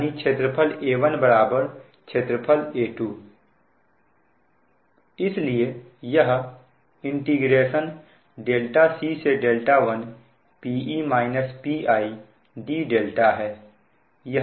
यानी क्षेत्रफल A1 क्षेत्रफल A2 इसलिए यह c1 d है